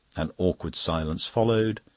an awkward silence followed.